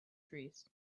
trees